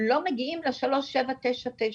לא מגיעים לשלושת אלפים שבע מאות תשעים ותשעה.